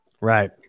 Right